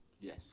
Yes